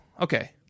okay